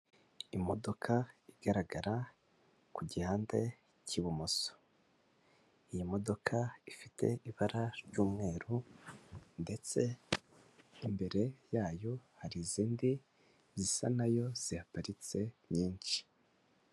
Imodoka igaragara ku gihande cy'ibumoso, iyi modoka ifite ibara ry'umweru ndetse imbere yayo hari izindi zisa nayo zihaparitse nyinshi.